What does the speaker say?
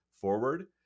forward